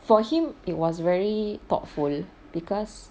for him it was very thoughtful because